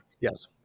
Yes